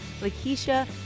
Lakeisha